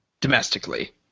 domestically